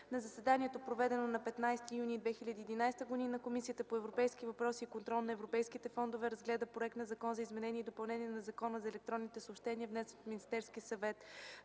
На заседанието, проведено на 15 юни 2011 г., Комисията по европейските въпроси и контрол на европейските фондове разгледа проект на Закон за изменение и допълнение на Закона за електронните съобщения, внесен от Министерския съвет.